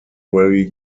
very